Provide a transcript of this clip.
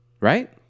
right